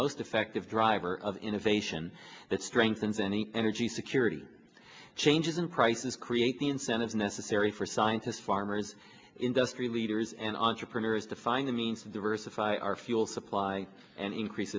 most effective driver of innovation that strengthens any energy security change isn't prices create the incentive necessary for scientists farmers industrial leaders and entrepreneurs to find a means to diversify our fuel supply and increase